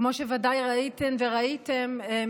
כמו שוודאי ראיתן וראיתם,